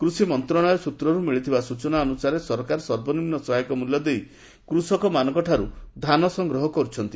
କୃଷି ମନ୍ତ୍ରଣାଳୟରୁ ମିଳିଥିବା ତଥ୍ୟ ଅନୁସାରେ ସରକାର ସର୍ବନିମ୍ନ ସହାୟକ ମୂଲ୍ୟ ଦେଇ କୃଷକମାନଙ୍କଠାରୁ ଧାନ ସଂଗ୍ରହ କରୁଛନ୍ତି